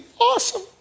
awesome